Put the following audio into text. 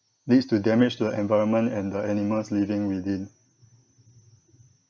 leads to damage to the environment and the animals living within